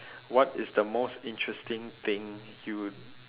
what is the most interesting thing you